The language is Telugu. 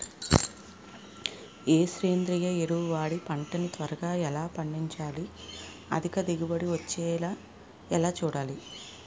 ఏ సేంద్రీయ ఎరువు వాడి పంట ని త్వరగా ఎలా పండించాలి? అధిక దిగుబడి వచ్చేలా ఎలా చూడాలి?